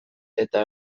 eta